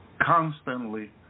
constantly